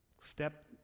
Step